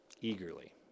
eagerly